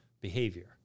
behavior